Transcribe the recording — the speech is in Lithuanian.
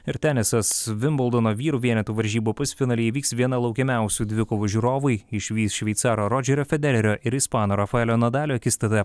ir tenisas vimbuldono vyrų vienetų varžybų pusfinalyje įvyks viena laukiamiausių dvikovų žiūrovai išvys šveicaro rodžerio federerio ir ispano rafaelio nodalio akistatą